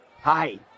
Hi